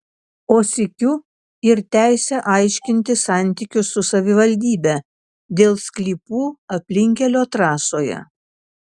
o sykiu ir teisę aiškintis santykius su savivaldybe dėl sklypų aplinkkelio trasoje